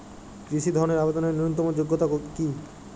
কৃষি ধনের আবেদনের ন্যূনতম যোগ্যতা কী?